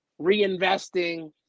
reinvesting